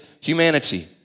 humanity